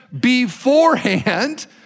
beforehand